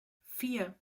vier